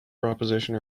proposition